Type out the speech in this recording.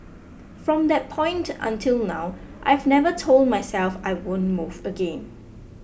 from that point until now I've never told myself I won't move again